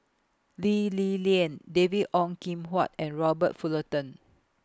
Lee Li Lian David Ong Kim Huat and Robert Fullerton